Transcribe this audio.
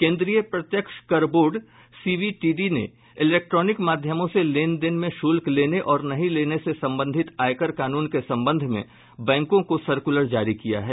केन्द्रीय प्रत्यक्ष कर बोर्ड सीबीडीटी ने इलेक्टॉनिक माध्यमों से लेन देने में शुल्क लेने और नहीं लेने से संबंधित आयकर कानून के संबंध में बैंकों को सर्कुलर जारी किया है